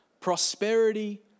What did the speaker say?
prosperity